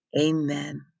amen